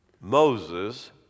Moses